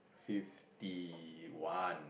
fifty one